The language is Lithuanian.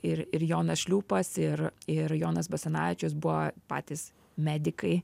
ir ir jonas šliūpas ir ir jonas basanavičius buvo patys medikai